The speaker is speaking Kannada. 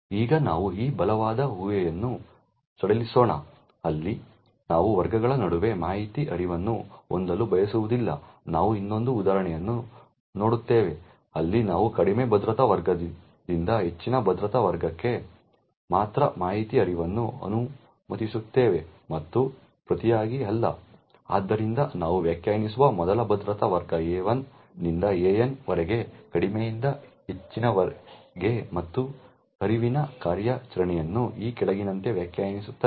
ಈಗ ನಾವು ಈ ಬಲವಾದ ಊಹೆಯನ್ನು ಸಡಿಲಿಸೋಣ ಅಲ್ಲಿ ನಾವು ವರ್ಗಗಳ ನಡುವೆ ಮಾಹಿತಿ ಹರಿವನ್ನು ಹೊಂದಲು ಬಯಸುವುದಿಲ್ಲ ನಾವು ಇನ್ನೊಂದು ಉದಾಹರಣೆಯನ್ನು ನೋಡುತ್ತೇವೆ ಅಲ್ಲಿ ನಾವು ಕಡಿಮೆ ಭದ್ರತಾ ವರ್ಗದಿಂದ ಹೆಚ್ಚಿನ ಭದ್ರತಾ ವರ್ಗಕ್ಕೆ ಮಾತ್ರ ಮಾಹಿತಿಯ ಹರಿವನ್ನು ಅನುಮತಿಸುತ್ತೇವೆ ಮತ್ತು ಪ್ರತಿಯಾಗಿ ಅಲ್ಲ ಆದ್ದರಿಂದ ನಾವು ವ್ಯಾಖ್ಯಾನಿಸುವ ಮೊದಲು ಭದ್ರತಾ ವರ್ಗ A1 ನಿಂದ AN ವರೆಗೆ ಕಡಿಮೆಯಿಂದ ಹೆಚ್ಚಿನದವರೆಗೆ ಮತ್ತು ಹರಿವಿನ ಕಾರ್ಯಾಚರಣೆಯನ್ನು ಈ ಕೆಳಗಿನಂತೆ ವ್ಯಾಖ್ಯಾನಿಸುತ್ತದೆ